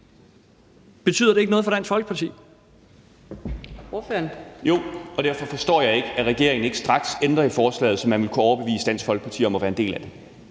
Betyder det ikke noget for Dansk Folkeparti?